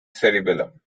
cerebellum